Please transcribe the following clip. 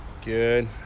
Good